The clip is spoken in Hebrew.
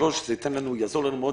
שלושה זה יעזור לנו מאוד